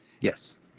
yes